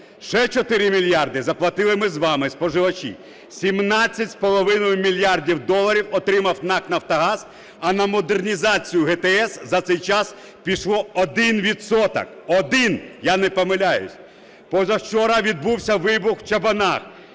ще 4 мільярди заплатили ми з вами – споживачі, 17,5 мільярда доларів отримав НАК "Нафтогаз", а на модернізацію ГТС за цей час пішло один відсоток, один, я не помиляюсь. Позавчора відбувся вибух в Чабанах,